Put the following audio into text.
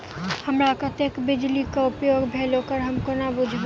हमरा कत्तेक बिजली कऽ उपयोग भेल ओकर हम कोना बुझबै?